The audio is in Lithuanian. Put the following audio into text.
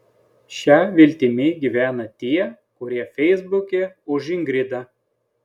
šia viltimi gyvena tie kur feisbuke už ingridą